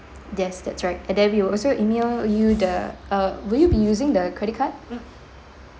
yes that's right then we'll also email you the uh will you be using the credit card